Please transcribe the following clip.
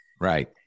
Right